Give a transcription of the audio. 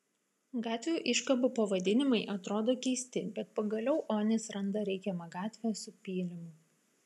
gatvių iškabų pavadinimai atrodo keisti bet pagaliau onis randa reikiamą gatvę su pylimu